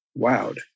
wowed